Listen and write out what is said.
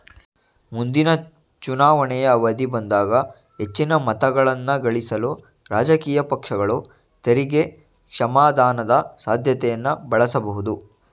ಮುಂದಿನ ಚುನಾವಣೆಯ ಅವಧಿ ಬಂದಾಗ ಹೆಚ್ಚಿನ ಮತಗಳನ್ನಗಳಿಸಲು ರಾಜಕೀಯ ಪಕ್ಷಗಳು ತೆರಿಗೆ ಕ್ಷಮಾದಾನದ ಸಾಧ್ಯತೆಯನ್ನ ಬಳಸಬಹುದು